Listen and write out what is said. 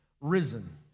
risen